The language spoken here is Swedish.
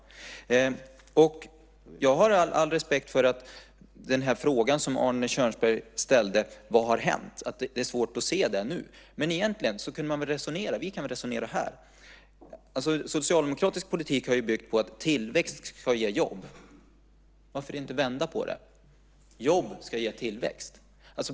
Jag har all respekt för den fråga som Arne Kjörnsberg ställde om vad som har hänt. Det är svårt att se det nu. Men egentligen kan vi väl resonera på följande sätt. Socialdemokratisk politik har byggt på att tillväxt ska ge jobb. Varför inte vända på det och säga att jobb ska ge tillväxt?